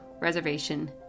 reservation